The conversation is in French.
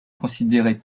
considérait